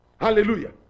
Hallelujah